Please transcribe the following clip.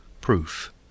Proof